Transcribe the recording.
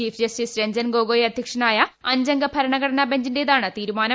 chief justice Ranjan Gogoi അധ്യക്ഷനായ അഞ്ചംഗ ഭരണഘടനാ ബെഞ്ചിന്റേതാണ് തീരുമാനം